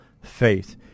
faith